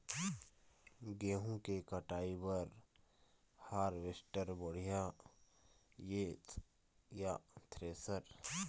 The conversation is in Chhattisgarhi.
गेहूं के कटाई बर हारवेस्टर बढ़िया ये या थ्रेसर?